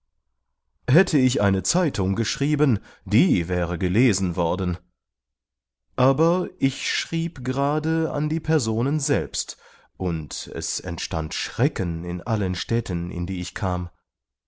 hätte ich eine zeitung geschrieben die wäre gelesen worden aber ich schrieb gerade an die personen selbst und es entstand schrecken in allen städten in die ich kam